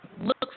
look